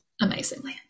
amazingly